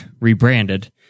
rebranded